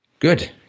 Good